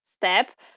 step